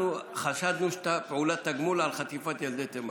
אנחנו חשדנו שזו פעולת תגמול על חטיפת ילדי תימן.